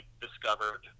discovered